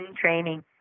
training